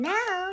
Now